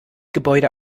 gebäude